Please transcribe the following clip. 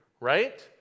right